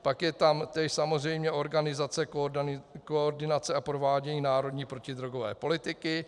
Pak je tam též samozřejmě organizace, koordinace a provádění národní protidrogové politiky.